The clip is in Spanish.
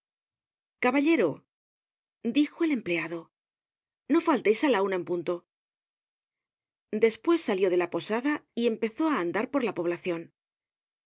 caballero dijo el empleado no falteis á la una en punto despues salió de la posada y empezó á andar por la poblacion